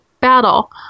battle